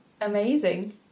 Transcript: amazing